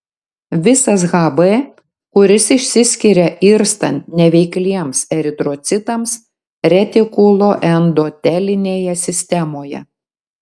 visas hb kuris išsiskiria irstant neveikliems eritrocitams retikuloendotelinėje sistemoje